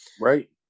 Right